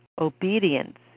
Obedience